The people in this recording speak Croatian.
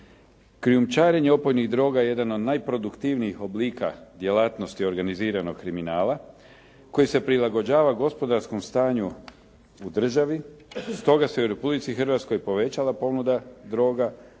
Krijumčarenje opojnih droga je jedan od najproduktivnijih oblika djelatnosti organiziranog kriminala koji se prilagođava gospodarskom stanju u državi. Stoga se u Republici Hrvatskoj povećala ponuda droga,